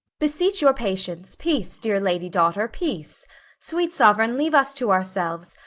beseech your patience peace, dear lady daughter, peace sweet sovereign, leave us to ourselves,